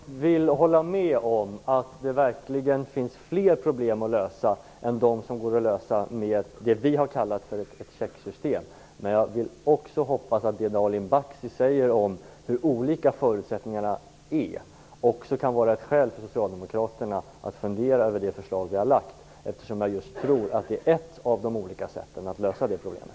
Fru talman! Jag håller med om att det verkligen finns fler problem att lösa än de som går att lösa med vad vi har kallat för ett checksystem. Men jag hoppas också att det Nalin Baksi säger om hur olika förutsättningarna är också kan vara ett skäl för Socialdemokraterna att fundera över det förslag vi har lagt fram. Jag tror nämligen att det är ett av de olika sätten att lösa det problemet.